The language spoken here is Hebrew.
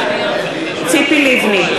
ציפי לבני,